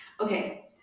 Okay